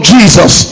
Jesus